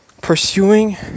pursuing